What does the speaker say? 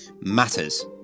matters